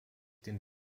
den